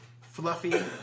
fluffy